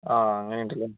ആ അങ്ങനെ ഉണ്ടല്ലെ